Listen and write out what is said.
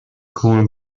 cool